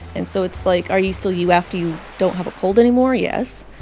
and so it's like, are you still you after you don't have a cold anymore? yes.